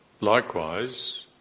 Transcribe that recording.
likewise